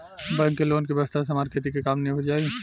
bank के loan के व्यवस्था से हमार खेती के काम नीभ जाई